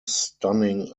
stunning